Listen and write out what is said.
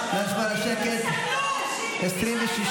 נעבור כעת להצבעה על בקשת הממשלה להאריך בצו את